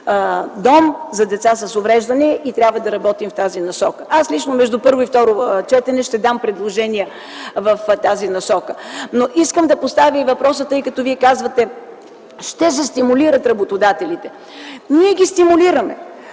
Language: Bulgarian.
дом за деца с увреждания и трябва да работим в тази насока. Аз лично между първо и второ четене ще дам предложения в тази насока. Искам да поставя и въпроса, тъй като вие казвате, че ще се стимулират работодателите. Ние ги стимулираме